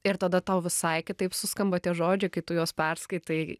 ir tada tau visai kitaip suskamba tie žodžiai kai tu juos perskaitai